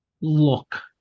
look